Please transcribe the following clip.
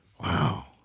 Wow